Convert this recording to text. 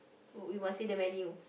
oh we must see the menu